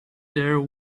there